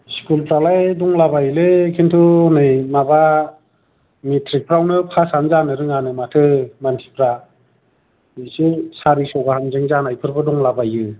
स्कुलफ्रालाय दंलाबायोलै खिन्थु नै माबा मेट्रिकफ्रावनो पासानो जानो रोङानो माथो मानसिफ्रा एसे सारिस' गाहामजों जानायफोरनो दंलाबायो